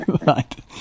right